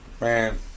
Man